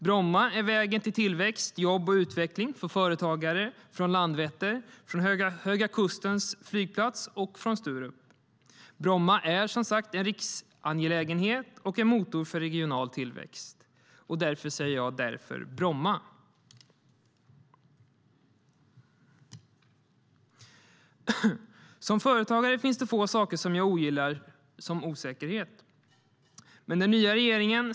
Bromma är vägen till tillväxt, jobb och utveckling för företagare från Landvetter, Höga kustens flygplats och Sturup. Bromma är som sagt en riksangelägenhet och en motor för regional tillväxt. Därför säger jag: Därför Bromma! Som företagare finns det få saker som jag ogillar så mycket som osäkerhet.